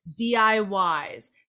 diys